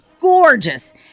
gorgeous